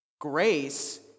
Grace